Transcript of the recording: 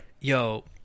yo